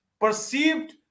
perceived